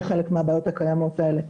בחלק מהבעיות הקיימות האלה,